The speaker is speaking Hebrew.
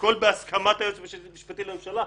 מעליו יש את היועץ המשפטי לממשלה,